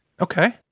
Okay